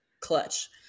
clutch